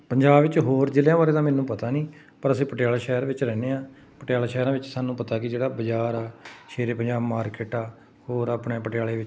ਪੰਜਾਬ ਵਿੱਚ ਹੋਰ ਜ਼ਿਲ੍ਹਿਆਂ ਬਾਰੇ ਤਾਂ ਮੈਨੂੰ ਪਤਾ ਨਹੀਂ ਪਰ ਅਸੀਂ ਪਟਿਆਲਾ ਸ਼ਹਿਰ ਵਿੱਚ ਰਹਿੰਦੇ ਹਾਂ ਪਟਿਆਲਾ ਸ਼ਹਿਰਾਂ ਵਿੱਚ ਸਾਨੂੰ ਪਤਾ ਕਿ ਜਿਹੜਾ ਬਾਜ਼ਾਰ ਆ ਸ਼ੇਰ ਏ ਪੰਜਾਬ ਮਾਰਕੀਟ ਆ ਹੋਰ ਆਪਣੇ ਪਟਿਆਲੇ ਵਿੱਚ